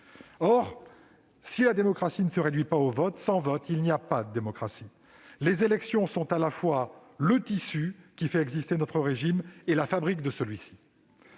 Or, si la démocratie ne se réduit pas au vote, il n'y a pas de démocratie sans vote. Les élections sont à la fois le tissu qui fait exister notre régime et la fabrique de celui-ci.